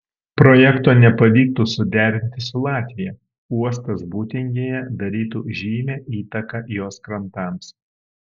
projekto nepavyktų suderinti su latvija uostas būtingėje darytų žymią įtaką jos krantams